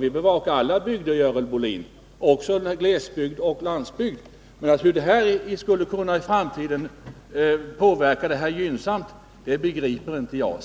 Vi bevakar alla bygder, Görel Bohlin, också glesbygd och landsbygd. Men hur detta i framtiden skulle kunna påverka glesbygden gynnsamt begriper inte jag.